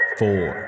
four